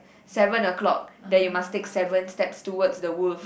seven o-clock then you must take seven steps towards the wolf